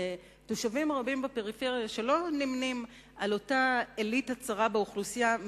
תושבים רבים בפריפריה שלא נמנים עם אותה אליטה צרה באוכלוסייה,